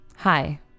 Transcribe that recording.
Hi